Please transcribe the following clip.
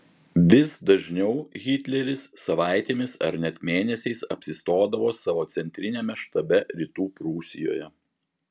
vis dažniau hitleris savaitėmis ar net mėnesiais apsistodavo savo centriniame štabe rytų prūsijoje